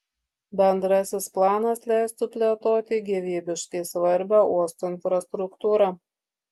bendrasis planas leistų plėtoti gyvybiškai svarbią uosto infrastruktūrą